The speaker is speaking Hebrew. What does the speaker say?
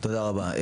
תודה רבה.